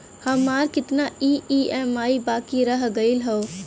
हमार कितना ई ई.एम.आई बाकी रह गइल हौ?